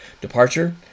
Departure